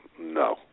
No